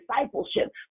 discipleship